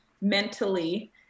mentally